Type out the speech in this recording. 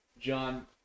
John